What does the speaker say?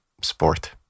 sport